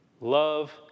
Love